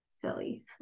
silly